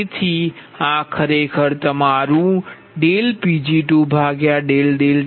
તેથી આ ખરેખર તમારું P2kછે